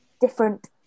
different